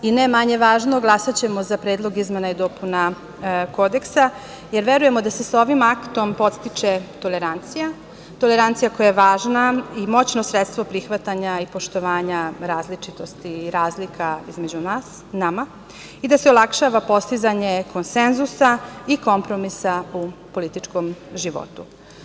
Ne manje važno, glasaćemo za predloge izmena i dopuna Kodeksa, jer verujemo da se sa ovim aktom podstiče tolerancija, tolerancija koja je važno i moćno sredstvo prihvatanja i poštovanja različitosti i razlika između nas i da se olakšava postizanje konsenzusa i kompromisa u političkom životu.